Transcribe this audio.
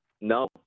No